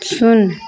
शून्य